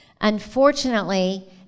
Unfortunately